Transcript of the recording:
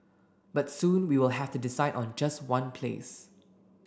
but soon we will have to decide on just one place